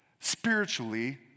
spiritually